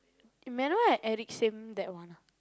Emmanuel and Eric same that one ah